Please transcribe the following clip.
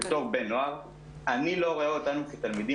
בתור בן נוער אני לא רואה אותנו כתלמידים